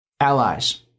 allies